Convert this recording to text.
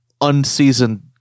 unseasoned